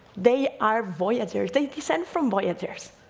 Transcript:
they are voyagers, they descend from voyagers.